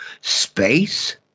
Space